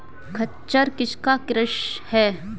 खच्चर किसका क्रास है?